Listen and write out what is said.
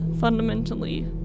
fundamentally